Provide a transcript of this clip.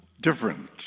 different